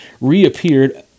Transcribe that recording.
reappeared